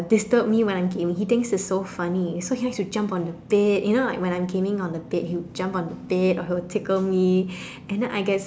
disturb me when I'm gaming he thinks it's so funny so he likes to jump on the bed you know like when I'm gaming on the bed he would jump on the bed will tickle me and then I get